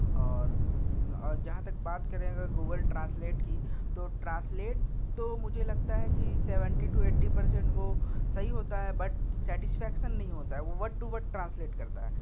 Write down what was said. اور اور جہاں تک بات کریں اگر گوگل ٹرانسلیٹ کی تو ٹرانسلیٹ تو مجھے لگتا ہے کہ سیونٹی ٹو ایٹٹی پرسینٹ وہ صحیح ہوتا ہے بٹ سیٹشفیکسن نہیں ہوتا ہے وہ ورڈ ٹو ورڈ ٹرانسلیٹ کرتا ہے